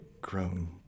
grown